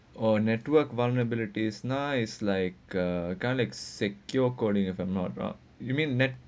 or network vulnerabilities nice like uh kind of secure coding if I'm not wrong you mean net